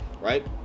right